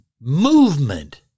movement